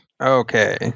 Okay